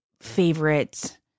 favorite